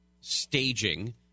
staging